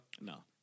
No